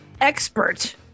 expert